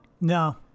no